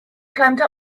climbed